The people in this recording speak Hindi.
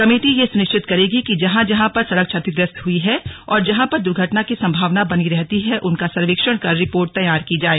कमेटी ये सुनिश्चित करेंगी कि जहां जहां पर सड़क क्षतिग्रस्त हुई है और जहां पर दुघर्टना की संभावना बनी रहती है उनका सर्वेक्षण कर रिपोर्ट तैयार की जाए